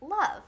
Love